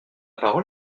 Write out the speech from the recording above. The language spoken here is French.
parole